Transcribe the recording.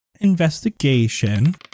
investigation